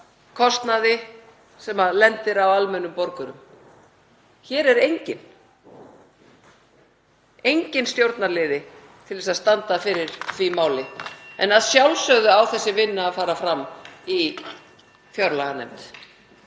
kostnaði sem lendir á almennum borgurum. Hér er enginn stjórnarliði til að standa fyrir því máli. En að sjálfsögðu á þessi vinna að fara fram í fjárlaganefnd.